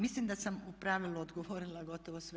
Mislim da sam u pravilu odgovorila gotovo sve.